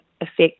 affect